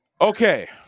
okay